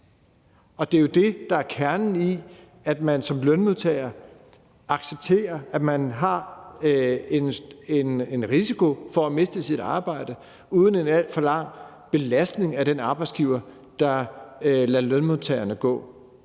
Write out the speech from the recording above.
Det er jo det, der er kernen i, at man som lønmodtager accepterer, at man har en risiko for at miste sit arbejde uden en alt for lang belastning af den arbejdsgiver, der lader lønmodtagerne gå.